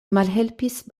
malhelpis